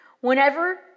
Whenever